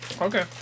okay